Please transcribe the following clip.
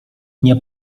nie